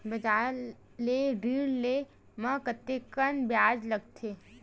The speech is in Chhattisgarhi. बजार ले ऋण ले म कतेकन ब्याज लगथे?